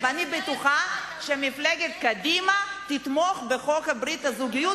אני בטוחה שמפלגת קדימה תתמוך בחוק ברית הזוגיות,